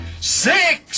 six